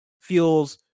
feels